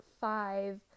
five